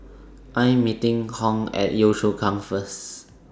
I Am meeting Hung At Yio Chu Kang First